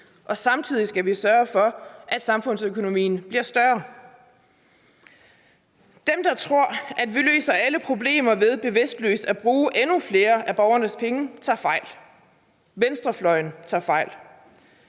og samtidig skal vi sørge for, at samfundsøkonomien bliver større. Dem, der tror, at vi løser alle problemer ved bevidstløst at bruge endnu flere af borgernes penge, tager fejl. Venstrefløjen tager fejl.